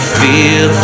feel